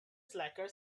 slacker